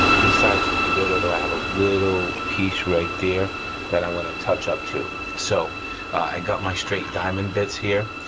the sides are pretty good, although i have a little piece right there that i'm gonna touch up too. so i got my straight diamond bits here,